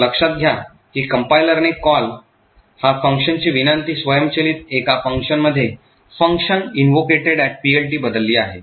तर लक्षात घ्या की कंपाईलरने कॉल हा फंक्शनची विनंती स्वयंचलितपणे एका फंक्शनमध्ये function invocatedPLT बदलली आहे